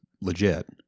legit